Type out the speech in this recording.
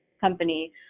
company